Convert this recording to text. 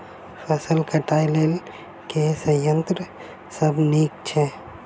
फसल कटाई लेल केँ संयंत्र सब नीक छै?